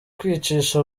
kwicisha